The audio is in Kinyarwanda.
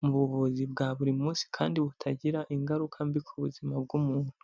mu buvuzi bwa buri munsi kandi butagira ingaruka mbi ku buzima bw'umuntu.